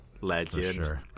Legend